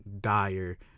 dire